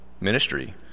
ministry